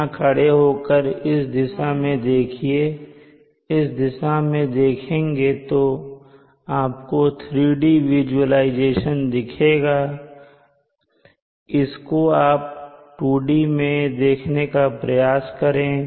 यहां खड़े होकर इस दिशा में देखिए इस दिशा में देखेंगे तो आपको 3D विजुलाइजेशन दिखेगा इसको आप 2D में देखने का प्रयास करें